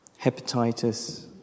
Hepatitis